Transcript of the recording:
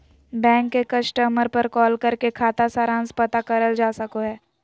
bank के customer पर call करके खाता सारांश पता करल जा सको हय